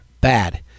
Bad